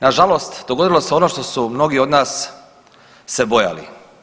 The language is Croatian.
Nažalost dogodilo se ono što su mnogi od nas se bojali.